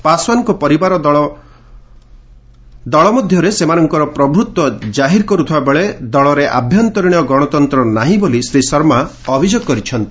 ପାଶ୍ୱାନଙ୍କ ପରିବାର ଦଳ ମଧ୍ୟରେ ସେମାନଙ୍କର ପ୍ରଭୃତ୍ୱ ଜାହିର କରୁଥିବା ବେଳେ ଦଳରେ ଆଭ୍ୟନ୍ତରୀଣ ଗଣତନ୍ତ୍ର ନାହିଁ ବୋଲି ଶ୍ରୀ ଶର୍ମା ଅଭିଯୋଗ କରିଛନ୍ତି